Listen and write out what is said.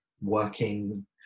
working